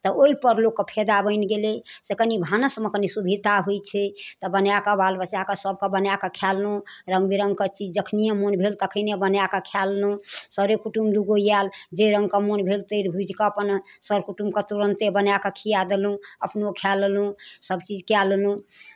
तऽ ओहिपर लोककेँ फायदा बनि गेलै से कनि भानसमे कनि सुभिता होइ छै तऽ बनाए कऽ बाल बच्चाकेँ सभकेँ बनाए कऽ खाए लेलहुँ रङ्ग बिरङ्गके चीज जखनिए मोन भेल तखनिए बनाए कऽ खाए लेलहुँ सरे कुटुम दू गो आयल जे रङ्गके मोन भेल तरि भूजि कऽ अपन सर कुटुमकेँ तुरन्ते बनाए कऽ खिआए देलहुँ अपनो खाए लेलहुँ सभचीज कए लेलहुँ